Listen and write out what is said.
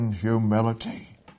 humility